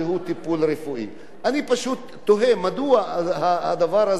אני פשוט תוהה מדוע הדבר הזה כל כך מעוות.